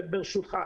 ברשותך,